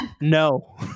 No